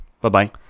Bye-bye